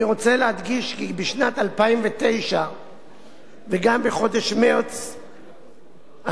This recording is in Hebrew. אני רוצה להדגיש כי בשנת 2009 וגם בחודש מרס השנה,